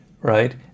right